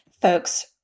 folks